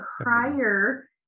prior